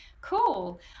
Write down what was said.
Cool